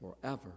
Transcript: forever